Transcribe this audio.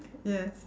yes